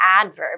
adverb